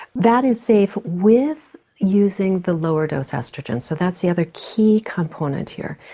that is safe with using the lower dose oestrogen so that's the other key component here.